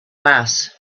mass